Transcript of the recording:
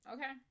Okay